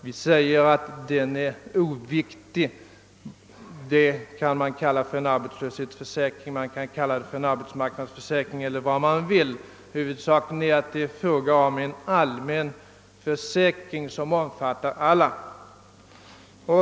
Vi säger att den är oviktig; man kan kalla försäkringen en arbetslöshetsförsäkring, man kan kalla den en arbetsmarknadsförsäkring eller vad man vill — huvudsaken är att det är fråga om en allmän försäkring som omfattar alla.